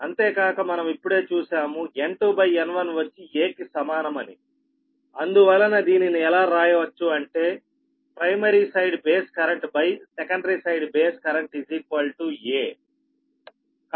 అంతేకాక మనం ఇప్పుడే చూశాము N2N1 వచ్చి 'a' కి సమానం అనిఅందువలన దీనిని ఎలా రాయవచ్చు అంటే primary side base current secondary side base current a